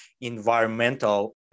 environmental